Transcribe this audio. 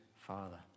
father